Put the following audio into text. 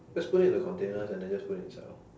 just put it in a container and then just put inside orh